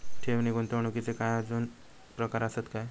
ठेव नी गुंतवणूकचे काय आजुन प्रकार आसत काय?